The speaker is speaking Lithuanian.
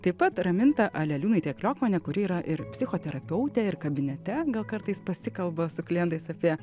taip pat raminta aleliūnaitė kliokmanė kuri yra ir psichoterapeutė ir kabinete gal kartais pasikalba su klientais apie